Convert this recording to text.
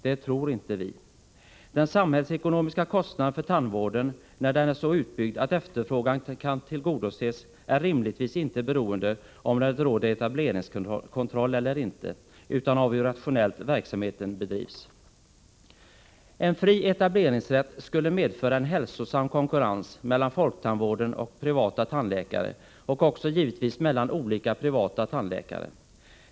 Det tror inte vi. Den samhällsekonomiska kostnaden för tandvården när den är så utbyggd att efterfrågan kan tillgodoses är rimligtvis inte beroende av om det råder etableringskontroll eller inte, utan av hur rationellt verksamheten bedrivs. En fri etableringsrätt skulle medföra en hälsosam konkurrens mellan folktandvården och privata tandläkare och också givetvis mellan olika privata tandläkare.